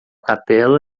capella